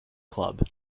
club